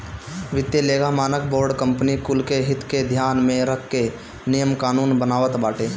वित्तीय लेखा मानक बोर्ड कंपनी कुल के हित के ध्यान में रख के नियम कानून बनावत बाटे